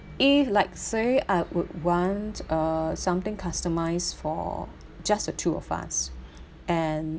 if like say I would want uh something customized for just the two of us and